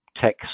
tech